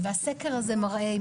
שיושבת כאן,